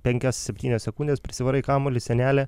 penkias septynias sekundes prisivarai kamuolį į sienelę